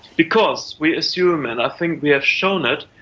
because we assume, and i think we have shown it,